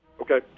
Okay